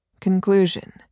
Conclusion